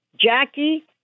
Jackie